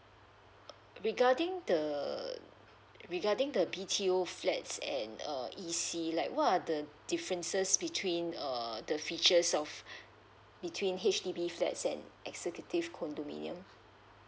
regarding the regarding the B_T_O flats and um E_C like what are the differences between err the features of between H_D_B flats and executive condominium